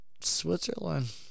Switzerland